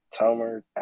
Tomer